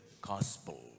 gospel